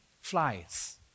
flies